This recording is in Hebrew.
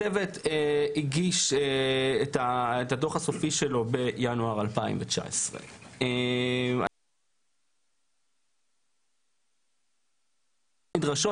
הצוות הגיש את הדוח הסופי שלו בינואר 2019. --- נדרשות,